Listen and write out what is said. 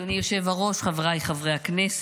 אדוני היושב-ראש, חבריי חברי הכנסת,